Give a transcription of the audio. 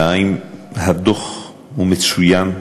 שנית, הדוח הוא מצוין.